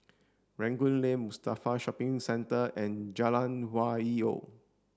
Rangoon Lane Mustafa Shopping Centre and Jalan Hwi Yoh